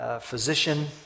physician